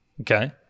Okay